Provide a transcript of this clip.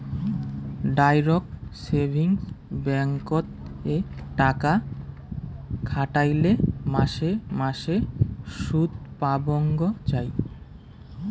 direct savings ব্যাঙ্ককোত এ টাকা খাটাইলে মাসে মাসে সুদপাবঙ্গ যাই